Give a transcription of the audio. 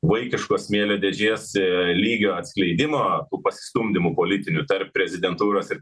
vaikiškos smėlio dėžės e lygio atskleidimo tų pasistumdymų politinių tarp prezidentūros ir